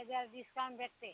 ह्याच्यावर डिस्काउंट भेटते